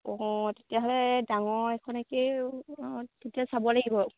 অঁ তেতিয়াহ'লে ডাঙৰ এখনকে তেতিয়া চাব লাগিব